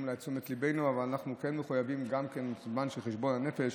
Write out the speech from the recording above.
את תשומת ליבנו אבל אנחנו כן מחויבים גם בזמן של חשבון נפש